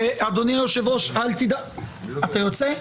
אדוני היושב-ראש, אתה יוצא?